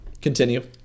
Continue